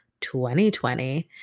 2020